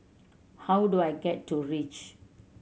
how do I get to Reach